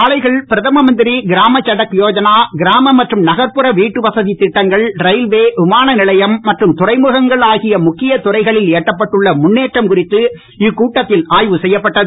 சாலைகள் பிரதம மந்திர கிராம சடக் யோஜனா கிராம மற்றும் நகர்புற வீட்டுவசதித் தட்டங்கள் ரயில்வே விமான நிலையம் மற்றும் துறைமுகங்கள் ஆகிய முக்கிய துறைகளில் எட்டப்பட்டுள்ள முன்னேற்றம் குறித்து இக்கூட்டத்தில் ஆய்வு செய்யப்பட்டது